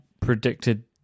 predicted